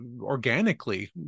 organically